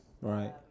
Right